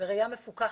בראייה מפוכחת,